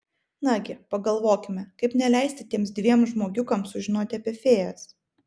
nagi pagalvokime kaip neleisti tiems dviem žmogiukams sužinoti apie fėjas